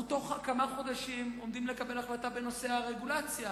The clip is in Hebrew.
בתוך כמה חודשים אנחנו עומדים לקבל החלטה בנושא הרגולציה,